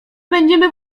będziemy